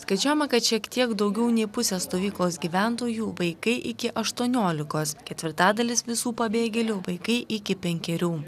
skaičiuojama kad šiek tiek daugiau nei pusė stovyklos gyventojų vaikai iki aštuoniolikos ketvirtadalis visų pabėgėlių vaikai iki penkerių